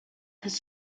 his